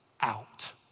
out